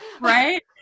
Right